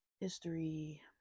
history